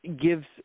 gives